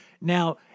Now